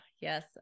Yes